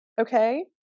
okay